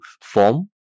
form